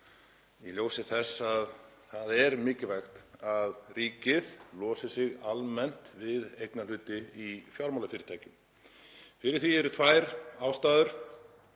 í ljósi þess að það er mikilvægt að ríkið losi sig almennt við eignarhluti í fjármálafyrirtækjum. Fyrir því eru tvær ástæður.